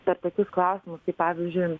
per tokius klausimus kaip pavyzdžiui